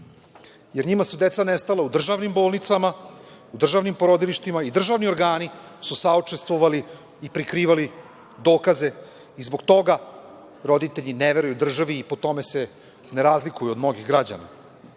jer njim su deca nestala u državnim bolnicama, u državnim porodilištima i državni organi su saučestvovali i prikrivali dokaze i zbog toga roditelji ne veruju državi i po tome se ne razlikuju od mnogih građana. Njima